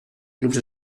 clubs